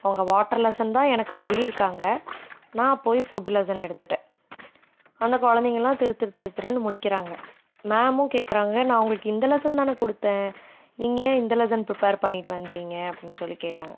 அவங்க water lesson தான் எனக்கு சொல்லிருக்காங்கள் நான் போய் ஃபுட்டு லெசன் எடுத்துட்டேன் அந்த குழந்தைங்கலாம் திரு திரு திரு திருன்னு முழிக்கிறாங்கள் மேமும் கேக்குறாங்கள் நான் உங்களுக்கு இந்த லெசன்தானே கொடுத்தேன் நீங்கள் ஏன் இந்த லெசன் ப்ரிப்பேர் பண்ணிட்டு வந்துட்டீங்க அப்படின்னு சொல்லி கேட்டாங்கள்